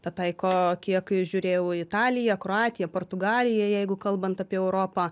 tad taiko kiek žiūrėjau italija kroatija portugalija jeigu kalbant apie europą